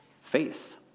faith